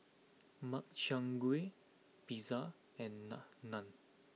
Makchang Gui Pizza and Naan